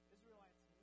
Israelites